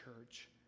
church